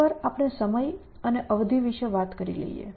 એકવાર આપણે સમય અને અવધિ વિશે વાત કરી લઈએ